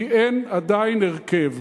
כי אין עדיין הרכב.